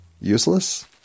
Useless